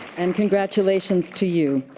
and congratulations to you.